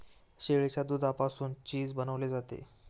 शेळीच्या दुधापासून चीज बनवले जाते